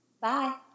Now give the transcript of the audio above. Bye